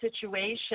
situation